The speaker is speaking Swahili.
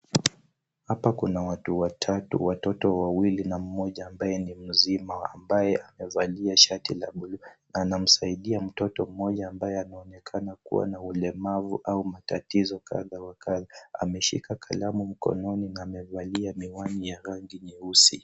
Hapa kuna watu watatu watoto wawili na mmoja ambaye ni mzima ambaye amevalia shati la buluu. Anamsaidia mtoto moja ambaye anaonekana kua na ulemavu au matatizo kadha wa kadha. Ameshika kalamu mkononi na amevalia miwani ya rangi nyeusi.